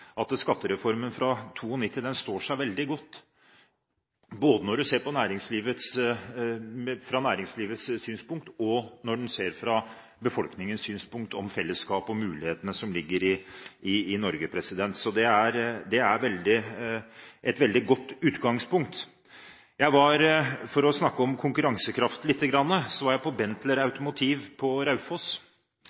at skattereformen fra 1992 står seg veldig godt, sett ut fra både næringslivets synspunkt og befolkningens synspunkt på fellesskap og mulighetene som ligger i Norge, er et veldig godt utgangspunkt. For å snakke lite grann om konkurransekraft: Jeg var hos Benteler Automotive på Raufoss. De må hvert år forbedre sine resultater med 10 pst. for å